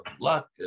luck